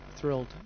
Thrilled